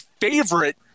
favorite